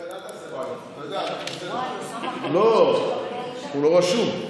אל תעשה בעיות, אתה יודע, לא, הוא לא רשום.